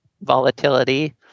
volatility